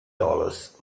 dollars